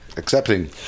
accepting